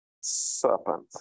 Serpent